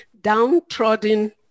downtrodden